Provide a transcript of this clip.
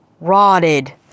rotted